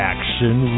Action